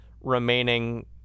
remaining